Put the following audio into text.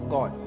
God